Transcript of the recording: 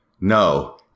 No